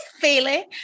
feeling